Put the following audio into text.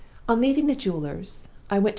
on leaving the jeweler's,